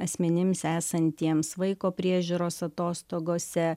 asmenims esantiems vaiko priežiūros atostogose